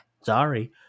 sorry